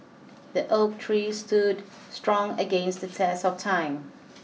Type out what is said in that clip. the oak tree stood strong against the test of time